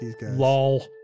lol